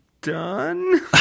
done